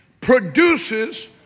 produces